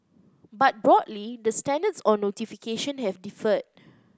but broadly the standards on notification have differed